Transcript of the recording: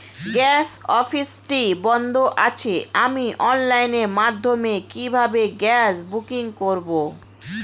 Gas অফিসটি বন্ধ আছে আমি অনলাইনের মাধ্যমে কিভাবে গ্যাস বুকিং করব?